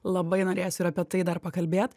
labai norėsiu ir apie tai dar pakalbėt